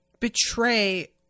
betray